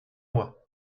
moi